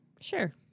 Sure